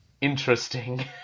interesting